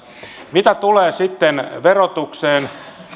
mitä tulee sitten verotukseen